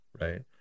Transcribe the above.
right